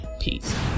Peace